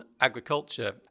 agriculture